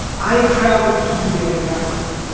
i had traveled to sudan, africa,